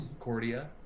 Cordia